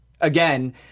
again